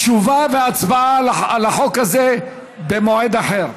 תשובה והצבעה על החוק הזה במועד אחר.